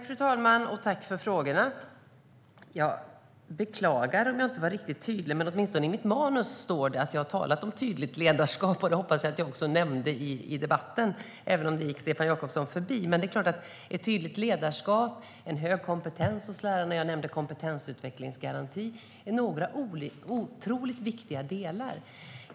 Fru talman! Jag tackar för frågorna. Jag beklagar om jag inte var riktigt tydlig. Men det står åtminstone i mitt manus att jag skulle tala om tydligt ledarskap, och det hoppas jag att jag också nämnde i debatten, även om det gick Stefan Jakobsson förbi. Men det är klart att ett tydligt ledarskap och en hög kompetens hos lärarna - jag nämnde kompetensutvecklingsgaranti - är några otroligt viktigt delar.